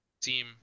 Team